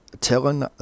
telling